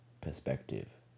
perspective